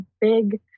big